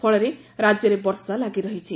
ଫଳରେ ରାଜ୍ୟରେ ବର୍ଷା ଲାଗିରହିଛି